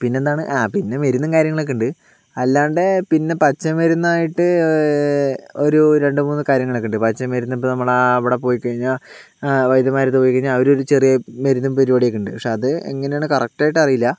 പിന്നെ എന്താണ് ആ പിന്നെ മരുന്നും കാര്യങ്ങളൊക്കെ ഉണ്ട് അല്ലാണ്ട് പിന്നെ പച്ചമരുന്ന് ആയിട്ട് ഒരു രണ്ടു മൂന്നു കാര്യങ്ങൾ ഒക്കെ ഉണ്ട് പച്ചമരുന്ന് ഇപ്പോൾ നമ്മൾ ആ ഇവിടെ പോയി കഴിഞ്ഞാൽ വൈദ്യന്മാരെ അടുത്ത് പോയി കഴിഞ്ഞാൽ അവർ ഒരു ചെറിയ മരുന്നും പരിപാടിയൊക്കെ ഉണ്ട് പക്ഷേ അത് എങ്ങനെയാണെന്ന് കറക്ടായിട്ട് അറിയില്ല